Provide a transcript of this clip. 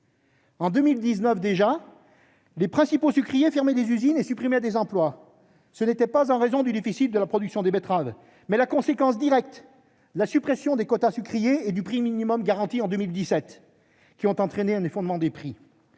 En 2019 déjà, les principaux sucriers fermaient des usines et supprimaient des emplois ; c'était non pas le contrecoup d'un déficit de production de betteraves, mais la conséquence directe de la suppression, en 2017, des quotas sucriers et du prix minimal garanti, qui a entraîné un effondrement des prix.